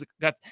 got